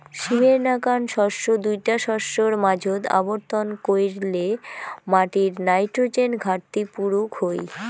সীমের নাকান শস্য দুইটা শস্যর মাঝোত আবর্তন কইরলে মাটির নাইট্রোজেন ঘাটতি পুরুক হই